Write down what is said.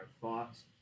thoughts